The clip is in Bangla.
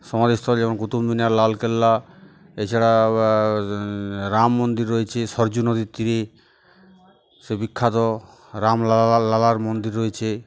সমাধিস্থল যেমন কুতুব মিনার লালকেল্লা এছাড়া রাম মন্দির রয়েছে সরযূ নদীর তীরে সেই বিখ্যাত রাম লালা লালার মন্দির রয়েছে